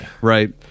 right